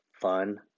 fun